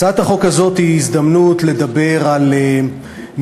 הצעת החוק הזאת היא הזדמנות לדבר על מגזר,